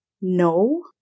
No